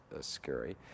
scary